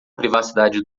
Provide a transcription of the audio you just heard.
privacidade